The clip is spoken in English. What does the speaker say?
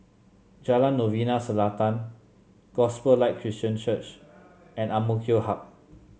Jalan Novena Selatan Gospel Light Christian Church and Ang Mo Kio Hub